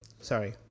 Sorry